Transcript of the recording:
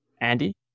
Andy